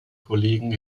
kollegen